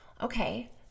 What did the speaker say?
Okay